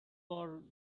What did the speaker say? for